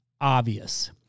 obvious